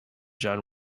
john